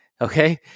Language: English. Okay